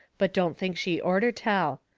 but don't think she orter tell.